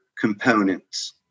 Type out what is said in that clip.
components